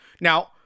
now